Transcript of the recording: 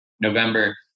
November